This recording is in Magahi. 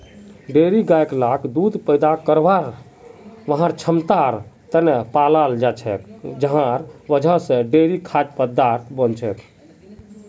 डेयरी गाय लाक दूध पैदा करवार वहार क्षमतार त न पालाल जा छेक जहार वजह से डेयरी खाद्य पदार्थ बन छेक